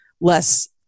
less